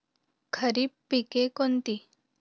खरीप पिके कोणती?